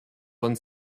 von